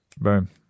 boom